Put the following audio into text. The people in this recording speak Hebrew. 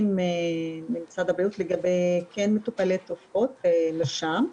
ממשרד הבריאות לגבי מטופלים בתרופות מרשם,